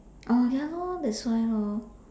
oh ya lor that's why lor